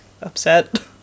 upset